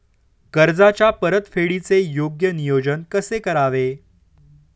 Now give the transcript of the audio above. कर्जाच्या परतफेडीचे योग्य नियोजन कसे करावे?